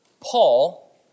Paul